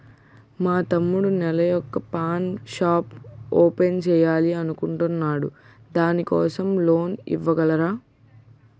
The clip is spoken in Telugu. మా తమ్ముడు నెల వొక పాన్ షాప్ ఓపెన్ చేయాలి అనుకుంటునాడు దాని కోసం లోన్ ఇవగలరా?